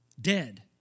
Dead